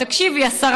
תקשיבי השרה,